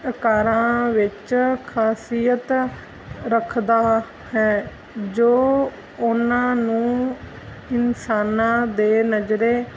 ਆਕਾਰਾਂ ਵਿੱਚ ਖਾਸੀਅਤ ਰੱਖਦਾ ਹੈ ਜੋ ਉਨ੍ਹਾਂ ਨੂੰ ਇਨਸਾਨਾਂ ਦੇ ਨਜ਼ਰੀਏ